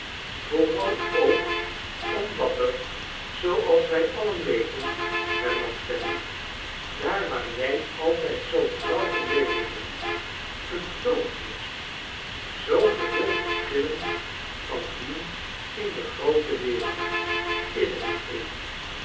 vooral ook omdat er zooals wij alien weten hernam fanny daar waar jij altijd zoo trouw gebleven bent een toon heersoht zoo geheel verschillend van dien in de groote wereld is t niet amy